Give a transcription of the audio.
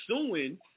suing